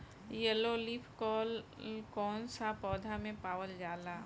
Yellow leaf curl कौन सा पौधा में पावल जाला?